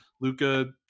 Luca